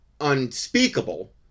unspeakable